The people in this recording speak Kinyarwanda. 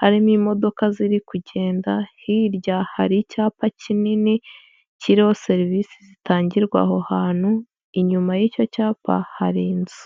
harimo imodoka ziri kugenda, hirya hari icyapa kinini kiriho serivisi zitangirwa aho hantu, inyuma y'icyo cyapa hari inzu.